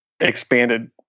Expanded